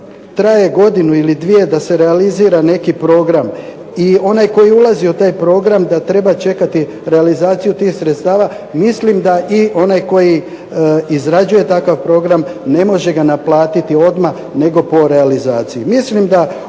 traje godinu ili dvije da se realizira neki program i onaj koji ulazi u taj program da treba čekati realizaciju tih sredstava mislim da i onaj koji izrađuje takav program ne može ga naplatiti odmah nego po realizaciji. Mislim da